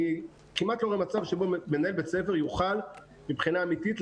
אני כמעט לא רואה מצב שבו מנהל בית ספר יוכל מבחינה אמיתית,